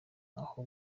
aho